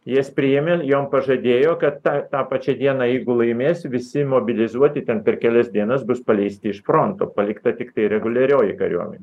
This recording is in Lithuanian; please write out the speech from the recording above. jas priėmė jom pažadėjo kad tą tą pačią dieną jeigu laimės visi mobilizuoti ten per kelias dienas bus paleisti iš fronto palikta tiktai reguliarioji kariuomenė